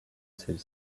celle